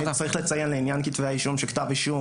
לציין לעניין כתבי האישום שכתב אישום